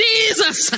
Jesus